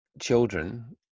children